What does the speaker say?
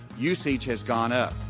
usage has gone up.